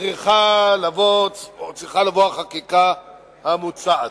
צריכה לבוא החקיקה המוצעת.